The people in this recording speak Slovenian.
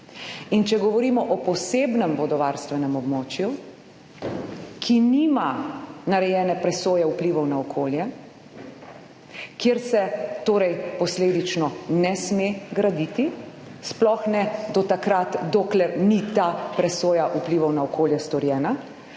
Če govorimo o posebnem vodovarstvenem območju, ki nima narejene presoje vplivov na okolje, kjer se torej posledično ne sme graditi, sploh ne do takrat, dokler ni ta presoja vplivov na okolje storjena,